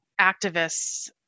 activists